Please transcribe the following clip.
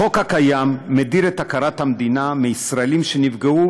החוק הקיים מדיר מהכרת המדינה ישראלים שנפגעו